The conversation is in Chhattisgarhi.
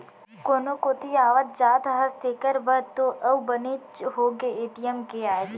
कोनो कोती आवत जात हस तेकर बर तो अउ बनेच होगे ए.टी.एम के आए ले